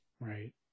Right